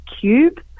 cube